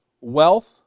wealth